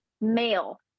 male